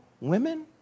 women